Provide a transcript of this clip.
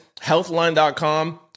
healthline.com